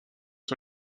sur